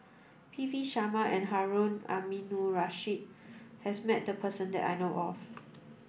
P V Sharma and Harun Aminurrashid has met this person that I know of